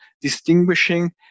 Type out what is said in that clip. distinguishing